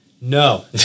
No